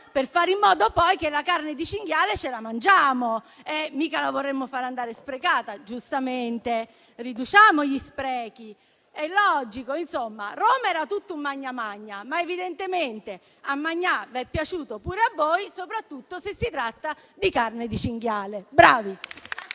per fare in modo poi che la carne di cinghiale ce la mangiamo: mica la vorremo far andare sprecata, giustamente. Riduciamo gli sprechi, è logico. Roma era tutto un «magna magna», ma evidentemente «magnà» è piaciuto pure a voi, soprattutto se si tratta di carne di cinghiale. Bravi!